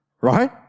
right